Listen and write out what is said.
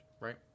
right